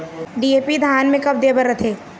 DAP धान मे कब दे बर रथे?